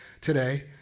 today